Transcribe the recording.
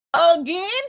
Again